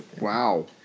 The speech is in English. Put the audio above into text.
Wow